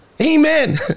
Amen